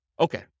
Okay